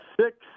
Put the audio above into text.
six